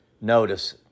Notice